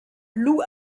lou